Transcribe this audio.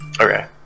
Okay